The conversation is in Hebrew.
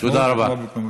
תודה רבה.